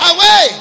Away